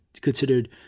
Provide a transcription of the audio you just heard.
considered